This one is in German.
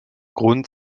grund